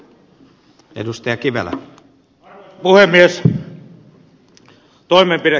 arvoisa puhemies